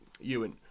ewan